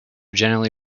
generally